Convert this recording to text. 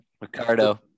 Ricardo